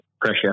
pressure